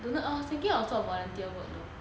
don't know I was thinking of 做 volunteer work though